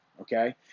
Okay